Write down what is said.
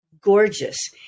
gorgeous